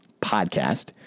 podcast